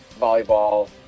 volleyball